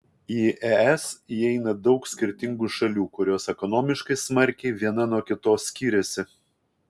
į es įeina daug skirtingų šalių kurios ekonomiškai smarkiai viena nuo kitos skiriasi